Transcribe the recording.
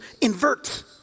invert